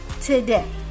today